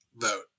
vote